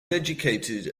educated